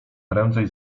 prędzej